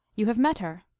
you have met her.